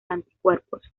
anticuerpos